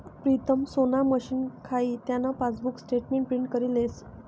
प्रीतम सोना मशीन खाई त्यान पासबुक स्टेटमेंट प्रिंट करी लेस